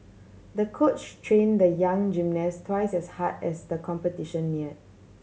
the coach train the young gymnast twice as hard as the competition near